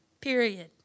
Period